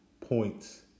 points